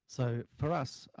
so for us,